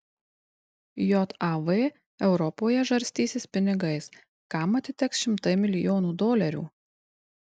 jav europoje žarstysis pinigais kam atiteks šimtai milijonų dolerių